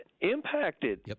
impacted